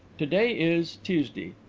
to-day is tuesday.